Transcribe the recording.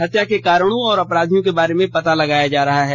हत्या के कारणों और अपराधियों के बारे में पता लगाया जा रहा है